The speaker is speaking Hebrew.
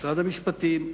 משרד המשפטים,